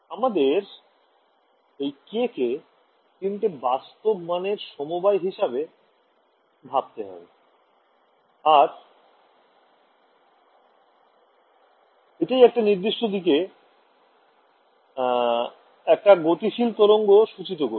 আমাদের এই k কে তিনটে বাস্তব মানের সমবায় হিসেবে ভাবতে হবে আর এটাই একটা নির্দিষ্ট দিকে একটা গতিশীল তরঙ্গ সূচিত করবে